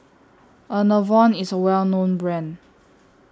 Enervon IS A Well known Brand